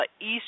East